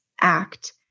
act